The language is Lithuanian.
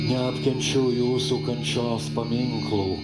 neapkenčiu jūsų kančios paminklų